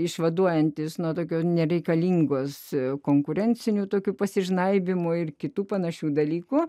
išvaduojantis nuo tokios nereikalingos konkurencinių tokių pasižnaibymų ir kitų panašių dalykų